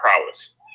prowess